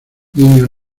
niño